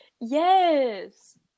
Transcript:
Yes